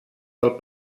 del